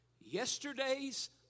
Yesterday's